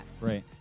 Right